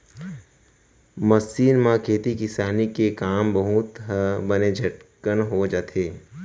machine म खेती किसानी के काम बूता ह बने झटकन हो जाथे